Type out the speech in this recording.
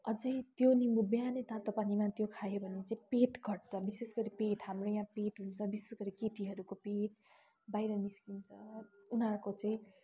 अझ त्यो निम्बु बिहान तातो पानीमा त्यो खायो भने चाहिँ पेट घट्छ विशेष गरी पेट हाम्रो यहाँ पेट हुन्छ विशेष गरी केटीहरूको पेट बाहिर निस्कन्छ उनीहरूको चाहिँ